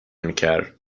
میکر